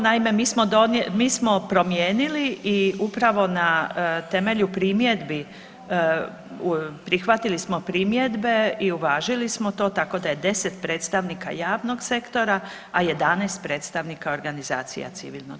Naime, mi smo promijenili i upravo na temelju primjedbi, prihvatili smo primjedbe i uvažili smo to, tako da je 10 predstavnika javnog sektora, a 11 predstavnika organizacija civilnog društva.